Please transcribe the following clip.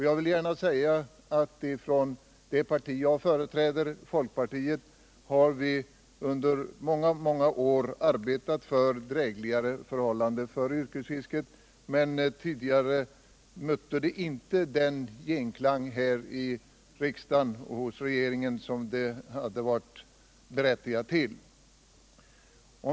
Jag vill gärna säga att från det parti jag företräder, folkpartiet, har vi under många många år arbetat för drägligare förhållanden för yrkesfisket. Tidigare mötte dessa krav dock inte den genklang här i riksdagen och hos regeringen som de hade varit berättigade till.